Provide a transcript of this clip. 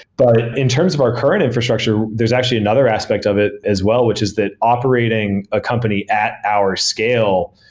but in terms of our current infrastructure, there's actually another aspect of it as well, which is that operating a company at our scale,